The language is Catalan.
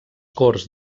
corts